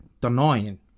denying